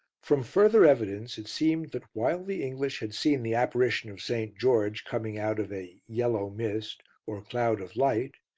from further evidence it seemed that while the english had seen the apparition of st. george coming out of a yellow mist or cloud of light,